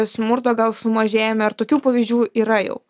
smurto gal sumažėjome ar tokių pavyzdžių yra jau